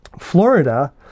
Florida